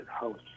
house